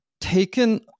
taken